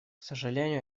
сожалению